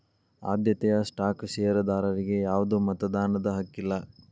ಆದ್ಯತೆಯ ಸ್ಟಾಕ್ ಷೇರದಾರರಿಗಿ ಯಾವ್ದು ಮತದಾನದ ಹಕ್ಕಿಲ್ಲ